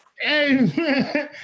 Hey